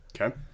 Okay